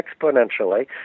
exponentially